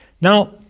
Now